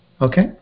okay